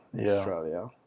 Australia